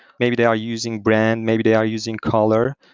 maybe they are using brand, maybe they are using color,